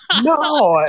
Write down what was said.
No